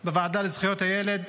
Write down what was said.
לדון בוועדה לזכויות הילד,